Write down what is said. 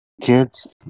Kids